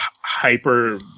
hyper